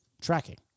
tracking